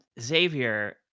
xavier